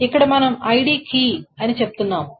ఇక్కడ మనం ID key అని చెబుతున్నాము